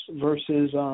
versus –